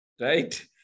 right